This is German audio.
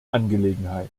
angelegenheit